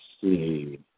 see